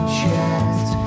chance